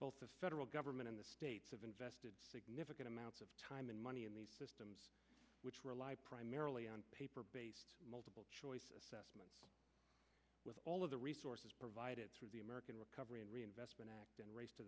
both the federal government and the states have invested significant amounts of time and money in these systems which rely primarily on paper based multiple choice assessment with all of the resources provided through the american recovery and reinvestment act and race to